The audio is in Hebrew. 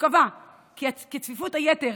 שקבע כי "צפיפות היתר